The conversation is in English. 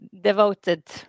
devoted